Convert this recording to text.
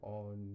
on